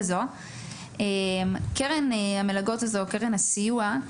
קרן הסיוע,